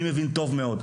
אני מבין טוב מאוד.